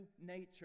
nature